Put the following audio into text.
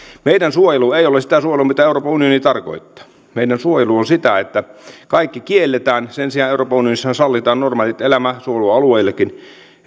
meidän suojelumme ei ole sitä suojelua mitä euroopan unioni tarkoittaa meidän suojelumme on sitä että kaikki kielletään sen sijaan euroopan unionissahan sallitaan normaali elämä suojelualueillekin